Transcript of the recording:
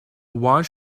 one